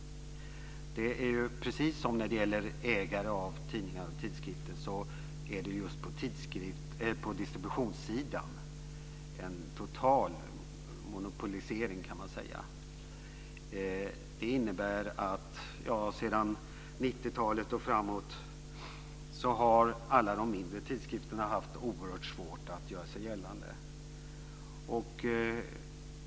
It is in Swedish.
Precis som när det gäller ägare av tidningar och tidskrifter råder det just på distributionssidan en total monopolisering, kan man säga. Det innebär att från 90-talet och framåt har alla mindre tidskrifter haft oerhört svårt att göra sig gällande.